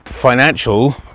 financial